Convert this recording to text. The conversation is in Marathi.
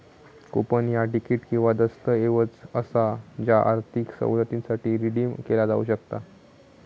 कूपन ह्या तिकीट किंवा दस्तऐवज असा ज्या आर्थिक सवलतीसाठी रिडीम केला जाऊ शकता